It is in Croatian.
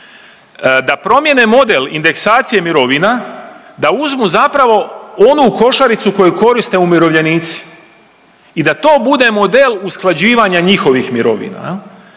da promjene model indeksacije mirovina, da uzmu zapravo onu košaricu koju koriste umirovljenici i da to bude model usklađivanja njihovih mirovina